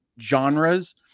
genres